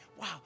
wow